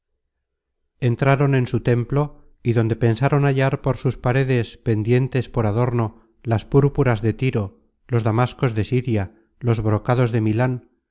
entraron en su templo y donde pensaron hallar por sus paredes pendientes por adorno las púrpuras de tiro los damascos de siria los brocados de milan